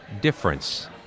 difference